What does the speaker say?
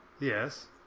Yes